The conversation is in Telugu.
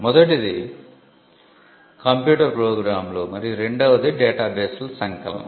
మొదటిది కంప్యూటర్ ప్రోగ్రామ్లు మరియు రెండవది డేటా బేస్ల సంకలనం